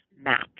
map